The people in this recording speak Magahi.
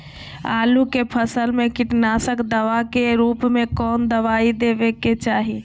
आलू के फसल में कीटनाशक दवा के रूप में कौन दवाई देवे के चाहि?